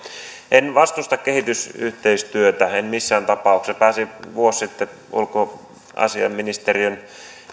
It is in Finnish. en vastusta kehitysyhteistyötä en missään tapauksessa pääsin vuosi sitten ulkoasiainministeriön